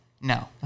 no